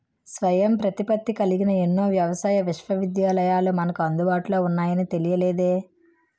స్వయం ప్రతిపత్తి కలిగిన ఎన్నో వ్యవసాయ విశ్వవిద్యాలయాలు మనకు అందుబాటులో ఉన్నాయని తెలియలేదే